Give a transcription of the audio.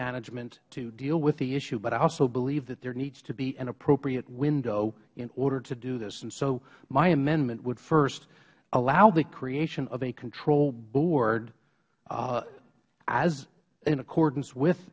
management to deal with the issue but i also believe that there needs to be an appropriate window in order to do this my amendment would first allow the creation of a control board in accordance with